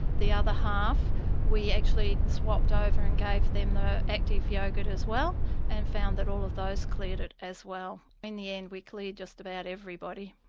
the other half we actually swapped over and gave them the active yoghurt as well and found that all of those cleared it as well. in the end we cleared just about everybody.